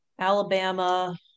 Alabama